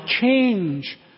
change